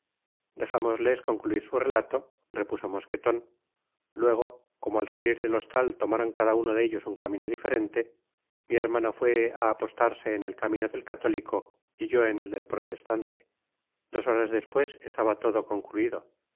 dejárnosles concluir su relato repuso mosqueton luego como al salir del hostal tomaron cada uno de ellos un camino diferente mi hermano fué á apostarse en el camino del católico y yo en el del proiestante dos horas despues estaba todo concluido